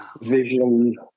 vision